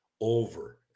over